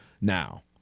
now